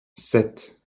sept